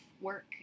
work